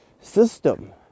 system